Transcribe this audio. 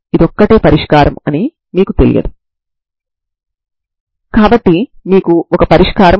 ఇప్పుడిది ప్రతిదానిని సంతృప్తి పరిచే పరిష్కారం అవుతుంది